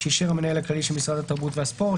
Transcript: שאישר המנהל הכללי של משרד התרבות והספורט,